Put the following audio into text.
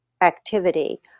activity